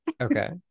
Okay